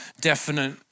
definite